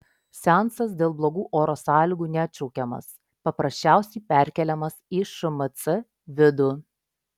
seansas dėl blogų oro sąlygų neatšaukiamas paprasčiausiais perkeliamas į šmc vidų